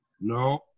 No